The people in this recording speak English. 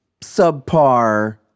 subpar